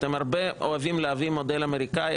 אתם אוהבים להביא את המודל אמריקאי,